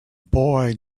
boy